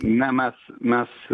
na mes mes